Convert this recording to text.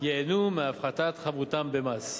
ייהנו מהפחתת חבותם במס.